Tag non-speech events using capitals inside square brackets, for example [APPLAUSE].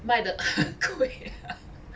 卖得 [LAUGHS] 贵 ah